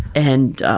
and